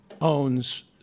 owns